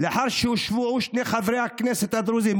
לאחר שהושבעו שני חברי הכנסת הדרוזים,